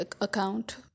account